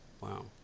Wow